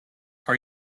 are